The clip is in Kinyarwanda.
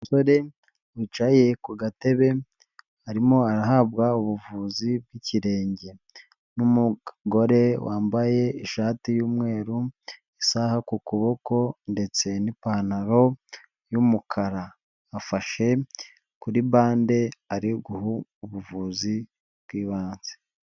Umusore wicaye ku gatebe, arimo arahabwa ubuvuzi bw'ikirenge n'umugore wambaye ishati y'umweru, isaha ku kuboko ndetse n'ipantaro y'umukara, afashe kuri bande ari guha ubuvuzi bw'ibanze.